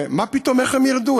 מה פתאום, איך הם ירדו?